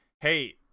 hey